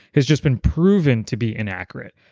has just been proven to be inaccurate.